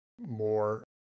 more